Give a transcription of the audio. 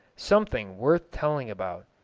something worth telling about.